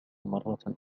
مرة